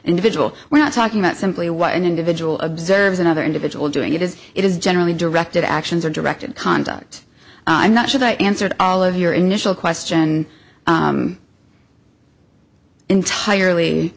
individual we're not talking about simply what an individual observes another individual doing it is it is generally directed actions are directed conduct not should i answer all of your initial question entirely